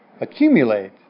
accumulate